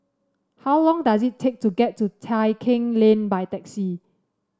how long does it take to get to Tai Keng Lane by taxi